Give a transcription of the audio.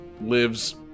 lives